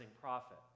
profit